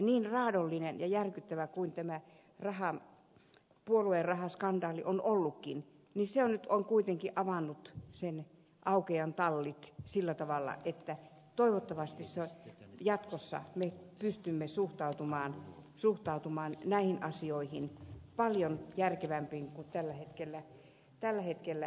niin raadollinen ja järkyttävä kuin tämä puoluerahaskandaali on ollutkin niin se nyt on kuitenkin avannut augeiaan tallit sillä tavalla että toivottavasti jatkossa me pystymme suhtautumaan näihin asioihin paljon järkevämmin kuin tällä hetkellä teemme